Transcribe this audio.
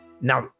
now